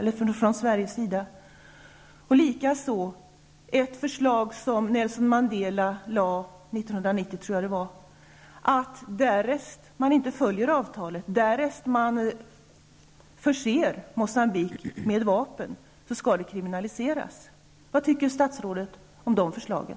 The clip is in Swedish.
Vidare lade Nelson Mandela 1990, tror jag att det var, fram ett förslag som sade att därest man inte följer avtalet, därest man förser Moçambique med vapen, skall detta kriminaliseras. Vad tycker statsrådet om de förslagen?